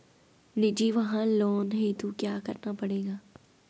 निजी वाहन लोन हेतु क्या करना पड़ेगा?